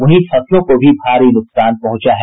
वहीं फसलों को भी भारी नुकसान पहुंचा है